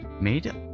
made